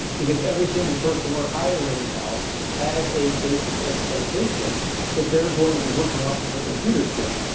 because every single person we're hiring now has a basic expectation that they're going to be working off of a computer screen.